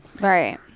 Right